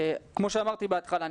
כמו שאמרתי בהתחלה,